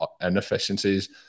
inefficiencies